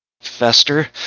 fester